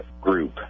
group